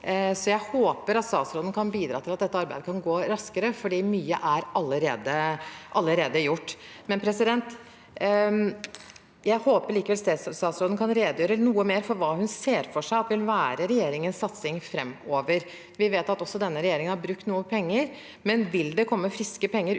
jeg håper at statsråden kan bidra til at dette arbeidet kan gå raskere, for mye er allerede gjort. Jeg håper likevel at statsråden kan redegjøre noe mer for hva hun ser for seg vil være regjeringens satsing framover. Vi vet at også denne regjeringen har brukt noen penger, men vil det komme friske penger